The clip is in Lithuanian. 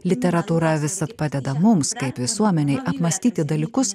literatūra visad padeda mums kaip visuomenei apmąstyti dalykus